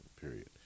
period